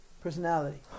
personality